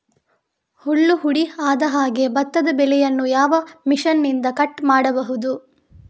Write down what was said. ಹುಲ್ಲು ಹುಡಿ ಆಗದಹಾಗೆ ಭತ್ತದ ಬೆಳೆಯನ್ನು ಯಾವ ಮಿಷನ್ನಿಂದ ಕಟ್ ಮಾಡಬಹುದು?